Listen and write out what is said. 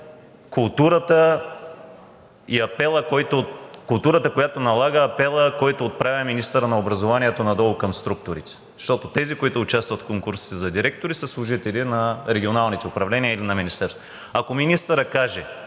най-вече зависи от културата, от апела, който отправя министърът на образованието надолу към структурите, защото тези, които участват в конкурсите за директори, са служители на регионалните управления или на Министерството. Ако министърът каже,